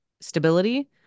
stability